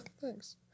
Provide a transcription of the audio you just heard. Thanks